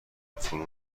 فرو